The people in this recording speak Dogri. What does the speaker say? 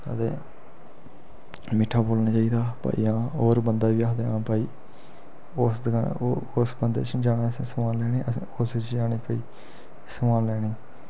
अदे मिट्ठा बोलना चाहिदा बड़ा ज्यादा होर बंदे इयै आखदे न हां भाई ओस दकानै ओस बंदे श जाना असें समान लैने असें उस जाना भाई समान लैने ई